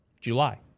July